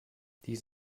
dies